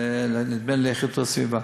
נדמה לי לאיכות הסביבה.